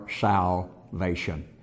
salvation